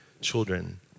children